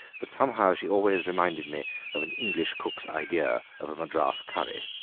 but somehow she always reminded me of an english cook's idea of a madras curry.